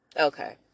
Okay